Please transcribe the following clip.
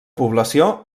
població